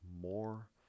more